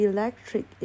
Electric